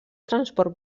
transport